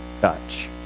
touch